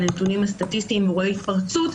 הנתונים הסטטיסטיים והוא רואה התפרצות,